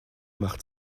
macht